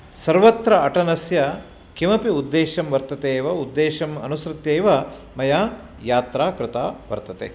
सर्वत्र अटनस्य किमपि उद्देश्यं वर्तते एव उद्देश्यं अनुसृत्यैव मया यात्रा कृता वर्तते